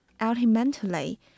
Ultimately